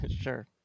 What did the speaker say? Sure